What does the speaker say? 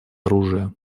оружие